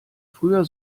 früher